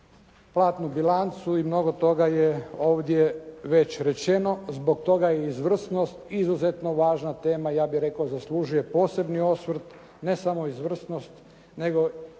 platnu bilancu i mnogo toga je ovdje već rečeno. Zbog toga je i izvrsnost izuzetno važna tema ja bih rekao zaslužuje posebni osvrt. Ne samo izvrsnost nego